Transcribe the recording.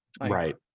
right